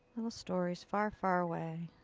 little stories far, far away.